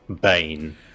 bane